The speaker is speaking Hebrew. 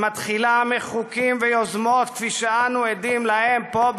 שמתחילה בחוקים ויוזמות כמו אלה שאנו עדים להם פה,